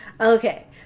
Okay